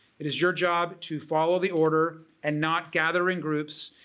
it is your job to follow the order, and not gather in groups,